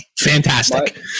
fantastic